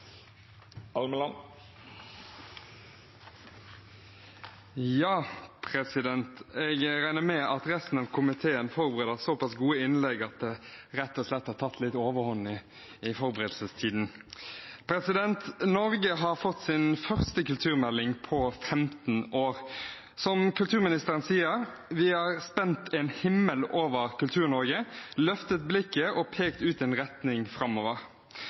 Almeland. Jeg regner med at resten av komiteen forbereder såpass gode innlegg at det rett og slett har tatt litt overhånd i forberedelsestiden. Norge har fått sin første kulturmelding på 15 år. Som kulturministeren sier: Vi har spent en himmel over Kultur-Norge, løftet blikket og pekt ut en retning framover.